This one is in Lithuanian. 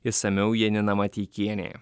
išsamiau janina mateikienė